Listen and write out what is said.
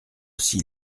aussi